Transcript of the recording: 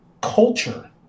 culture